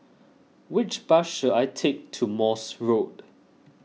which bus should I take to Morse Road